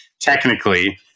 technically